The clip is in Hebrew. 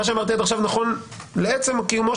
מה שאמרתי עד עכשיו נכון לעצם קיומו